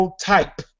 type